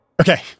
Okay